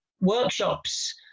workshops